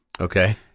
okay